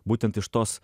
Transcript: būtent iš tos